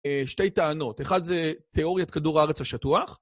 שתי טענות, אחת זה תיאוריית כדור הארץ השטוח.